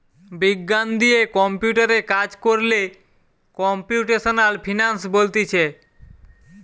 বিজ্ঞান দিয়ে কম্পিউটারে কাজ কোরলে কম্পিউটেশনাল ফিনান্স বলতিছে